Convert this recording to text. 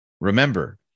remember